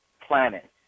planet